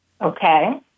okay